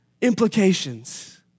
implications